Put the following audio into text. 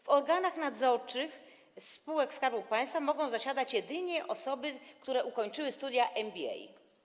W organach nadzorczych spółek Skarbu Państwa mogą zasiadać jedynie osoby, które ukończyły studia MBA.